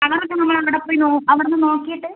colour ഒക്കെ നമ്മൾ അവിടെ പോയി നോ അവിടുന്ന് നോക്കിയിട്ട്